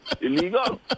illegal